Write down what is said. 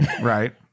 right